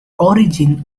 origin